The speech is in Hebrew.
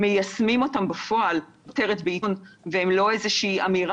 מיישמים את ההצעות האלה בפועל והן לא איזה אמירה,